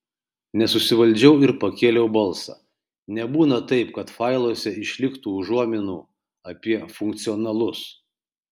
nesusivaldžiau ir pakėliau balsą nebūna taip kad failuose išliktų užuominų apie funkcionalus